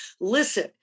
listen